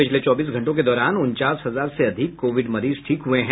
पिछले चौबीस घंटों के दौरान उनचास हजार से अधिक कोविड मरीज ठीक हुए हैं